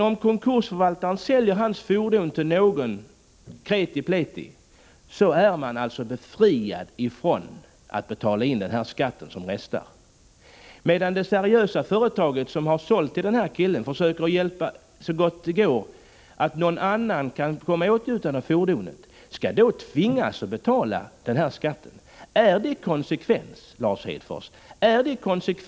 Om konkursförvaltaren säljer hans fordon till någon, så är man alltså befriad från att betala in den resterande skatten. Men det seriösa företaget, som har sålt till den här mannen och som försöker, så gott det går, ordna så att någon annan kan komma i åtnjutande av fordonet, skall då tvingas att betala denna skatt. Är det konsekvent, Lars Hedfors?